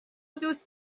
دوست